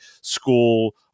school